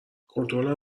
کنترلم